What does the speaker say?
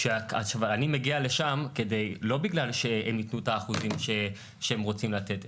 כשאני מגיע לשם לא בגלל שהם ייתנו את האחוזים שהם רוצים לתת,